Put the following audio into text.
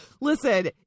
Listen